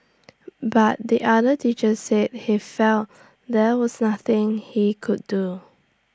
but the other teacher said he felt there was nothing he could do